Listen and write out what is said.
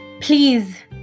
please